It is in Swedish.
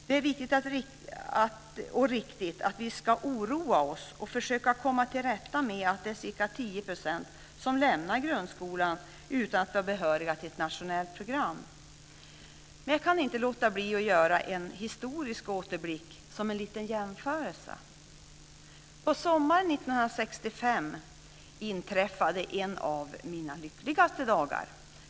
Det är viktigt och riktigt att vi ska oroa oss och försöka komma till rätta med att ca 10 % av eleverna lämnar grundskolan utan att vara behöriga till ett nationellt program. Jag kan inte låta bli att göra en historisk återblick som en liten jämförelse. Sommaren 1965 inträffade en av mina lyckligaste dagar.